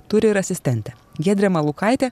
turi ir asistentę giedrė malūkaitė